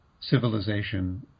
civilization